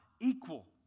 equal